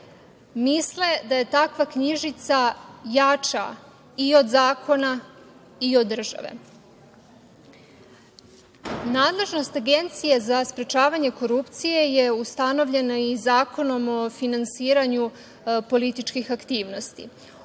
Misle da je takva knjižica jača i od zakona i od države. Nadležnost Agencije za sprečavanje korupcije je ustanovljena i Zakonom o finansiranju političkih aktivnosti,